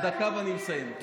דקה ואני מסיים.